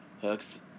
Hooks